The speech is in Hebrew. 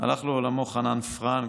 הלך לעולמו חנן פרנק,